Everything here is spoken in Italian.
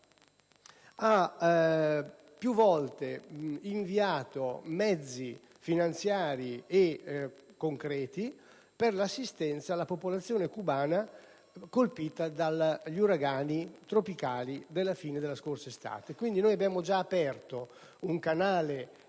ha più volte inviato mezzi finanziari e concreti per l'assistenza alla popolazione cubana colpita dagli uragani tropicali della fine della scorsa estate. Abbiamo quindi già aperto un canale